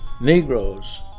Negroes